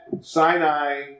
Sinai